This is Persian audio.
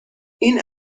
این